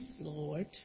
Lord